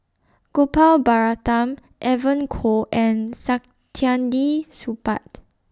Gopal Baratham Evon Kow and Saktiandi Supaat